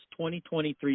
2023